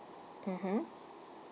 mmhmm